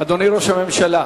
אדוני ראש הממשלה,